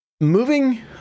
moving